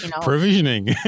provisioning